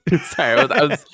Sorry